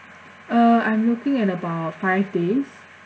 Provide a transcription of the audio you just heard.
uh I'm looking at about five days